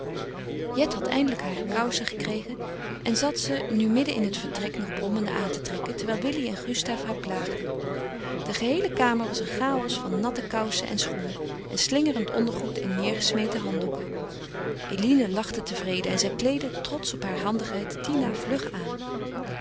jet had eindelijk hare kousen gekregen en zat ze nu midden in het vertrek nog brommende aan te trekken terwijl willy en gustaaf haar plaagden de geheele kamer was een chaos van natte kousen en schoenen en slingerend ondergoed en neêrgesmeten handdoeken eline lachte tevreden en zij kleedde trotsch op haar handigheid tina vlug aan